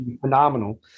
phenomenal